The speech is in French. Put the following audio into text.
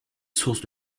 source